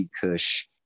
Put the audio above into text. Kush